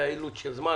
היה אילוץ של זמן,